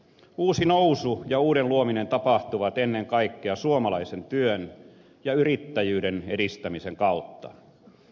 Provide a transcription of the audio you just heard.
uusi nousu ja uuden luominen tapahtuvat ennen kaikkea suomalaisen työn ja yrittäjyyden edistämisen kautta